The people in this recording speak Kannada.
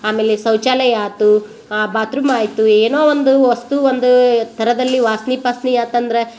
ಆಮೇಲೆ ಶೌಚಾಲಯ ಆತು ಹಾಂ ಬಾತ್ರೂಮ್ ಆಯಿತು ಏನೋ ಒಂದು ವಸ್ತು ಒಂದು ಥರದಲ್ಲಿ ವಾಸ್ನೆ ಪಾಸ್ನೆ ಆತಂದ್ರೆ